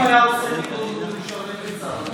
אם היה עושה טירונות ומשרת בצה"ל,